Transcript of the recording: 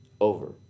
Over